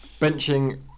benching